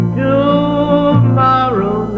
tomorrow